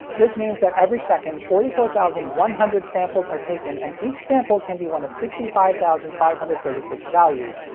this means that every second, forty four thousand one hundred samples are taken, and each sample can be one of sixty five thousand five hundred and thirty six values,